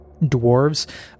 dwarves